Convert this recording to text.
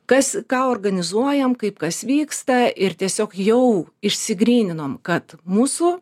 kas ką organizuojam kaip kas vyksta ir tiesiog jau išsigryninom kad mūsų